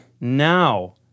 now